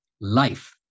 life